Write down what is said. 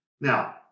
Now